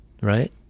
Right